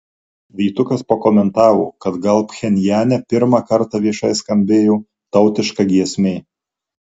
vytukas pakomentavo kad gal pchenjane pirmą kartą viešai skambėjo tautiška giesmė